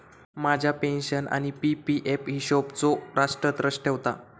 माझ्या पेन्शन आणि PPF हिशोबचो राष्ट्र ट्रस्ट ठेवता